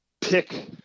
pick